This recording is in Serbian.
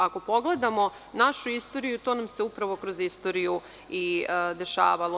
Ako pogledamo našu istoriju, to nam se upravo kroz istoriju i dešavalo.